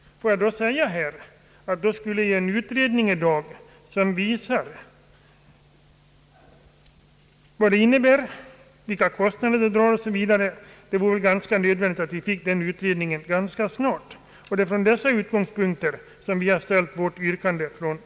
Vad vi behöver är att vi mycket snart får en utredning till grund för ett beslut om en sänkt pensionsålder och det är från dessa utgångspunkter som vi har ställt vårt yrkande här.